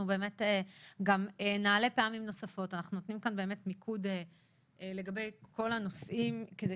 אנחנו נותנים כאן מיקוד לגבי כל הנושאים כדי